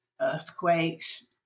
earthquakes